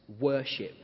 worship